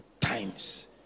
times